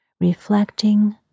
reflecting